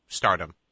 stardom